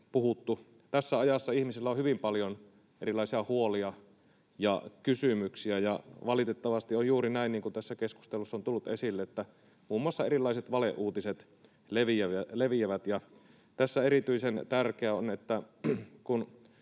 Tässä ajassa ihmisillä on hyvin paljon erilaisia huolia ja kysymyksiä, ja valitettavasti on juuri näin, niin kuin tässä keskustelussa on tullut esille, että muun muassa erilaiset valeuutiset leviävät. Tässä erityisen tärkeää on, että